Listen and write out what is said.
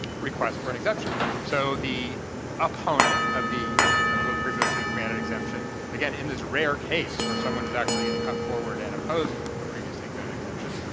request for an exemption? so, the opponent of the previously granted exemption, again in this rare case where someone is actually going to come forward and oppose a previously granted exemption,